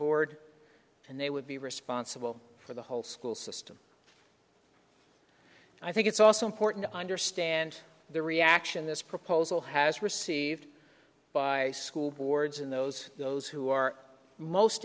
board and they would be responsible for the whole school system i think it's also important to understand the reaction this proposal has received by school boards in those those who are most